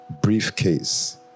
briefcase